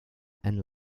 and